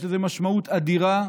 יש לזה משמעות אדירה,